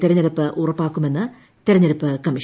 തെരഞ്ഞെടുപ്പ് ഉറപ്പാക്കുമെന്ന് തെരഞ്ഞെടുപ്പ് കമ്മീഷൻ